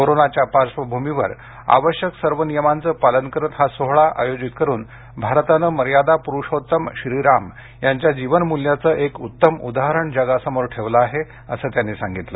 कोरोनाच्या पार्श्वभूमीवर आवश्यक सर्व नियमांचं पालन करत हा सोहळा आयोजीत करून भारतानं मर्यादा प्रुषोत्तम श्रीराम यांच्या जीवन मूल्यांचं एक उत्तम उदाहरण जगासमोर ठेवलं आहे अस त्यांनी सांगितलं